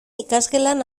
ikasgelan